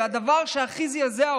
והדבר שהכי זעזע אותי: